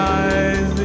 eyes